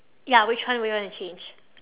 ya which one would you wanna change